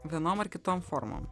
vienom ar kitom formom